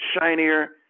shinier